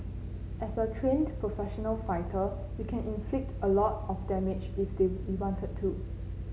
as a trained professional fighter we can inflict a lot of damage if they wanted to